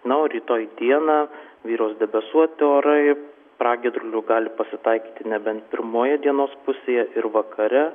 na o rytoj dieną vyraus debesuoti orai pragiedrulių gali pasitaikyti nebent pirmoje dienos pusėje ir vakare